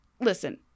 listen